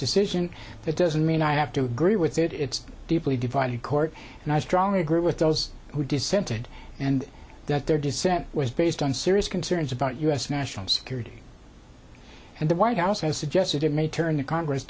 decision that doesn't mean i have to agree with it it's a deeply divided court and i strongly agree with those who dissented and that their dissent was based on serious concerns about u s national security and the white house has suggested it may turn the congress